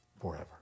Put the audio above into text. forever